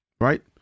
right